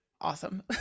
awesome